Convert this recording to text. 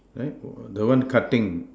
eh the one cutting